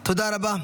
תודה רבה.